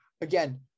again